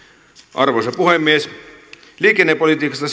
arvoisa puhemies liikennepolitiikassa